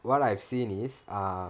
what I've seen is err